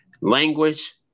language